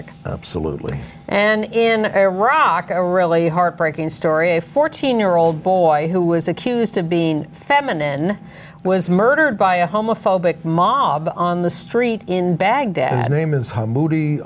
rick saluted and in iraq a really heartbreaking story of a fourteen year old boy who was accused of being feminine was murdered by a homophobic mob on the street in baghdad name is how moody